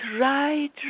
right